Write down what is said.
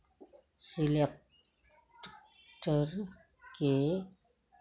सिलेक्टरके